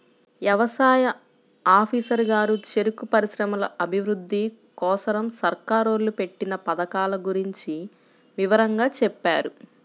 యవసాయ ఆఫీసరు గారు చెరుకు పరిశ్రమల అభిరుద్ధి కోసరం సర్కారోళ్ళు పెట్టిన పథకాల గురించి వివరంగా చెప్పారు